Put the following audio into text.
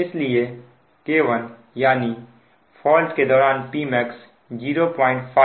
इसलिए K1 यानी fault के दौरान Pmax 05113है